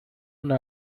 una